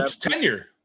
tenure